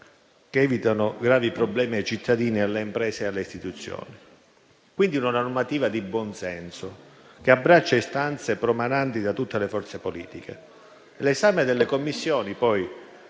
che evitano gravi problemi ai cittadini, alle imprese e alle istituzioni. Una normativa di buonsenso, dunque, che abbraccia istanze promananti da tutte le forze politiche. L'esame delle Commissioni affari